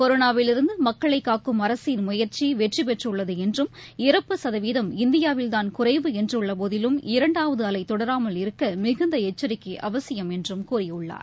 கொரோனாவிலிருந்து மக்களை காக்கும் அரசின் முயற்சி வெற்றி பெற்றுள்ளது என்றும் இறப்பு சதவீதம் இந்தியாவில் தான் குறைவு என்றுள்ள போதிலும் இரண்டாவது அலை தொடராமல் இருக்க மிகுந்த எச்சரிக்கை அவசியம் என்று கூறியுள்ளார்